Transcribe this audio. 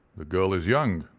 the girl is young,